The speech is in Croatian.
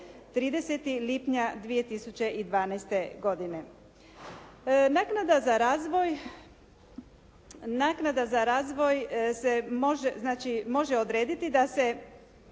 30. lipnja 2012. godine. Naknada za razvoj se može, znači može